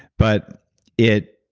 but it